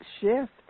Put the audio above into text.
shift